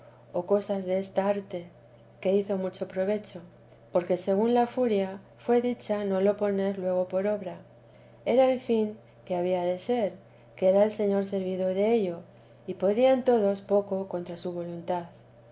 o cosas desta arte que hizo mucho provecho porque según la furia fué dicha no lo poner luego por obra era en fin que había de ser que era el señor servido dello y podían todos poco contra su voluntad